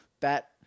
Bat